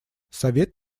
совет